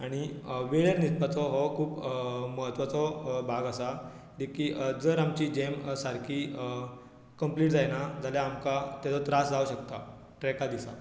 आनी वेळेर न्हिदपाचो हो खूब म्हत्वाचो भाग आसा देकी जर आमची झेम सारकी कम्प्लीट जायना जाल्या आमकां ताजो त्रास जावं शकता ट्रॅका दिसा